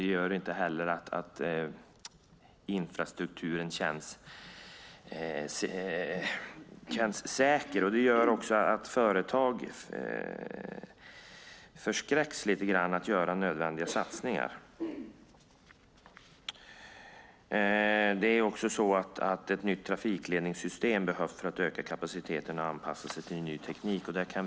Det gör inte heller att infrastrukturen känns säker. Det gör att företag avskräcks lite grann från att göra nödvändiga satsningar. Ett nytt trafikledningssystem behövs för att man ska kunna öka kapaciteten och för att man ska kunna anpassa sig till en ny teknik.